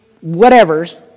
whatever's